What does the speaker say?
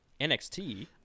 NXT